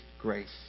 grace